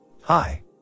Hi